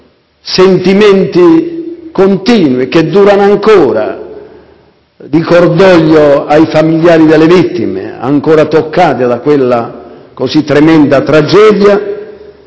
sentimenti profondi, che durano ancora, di cordoglio ai familiari delle vittime toccate da quella così tremenda tragedia